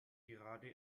gerade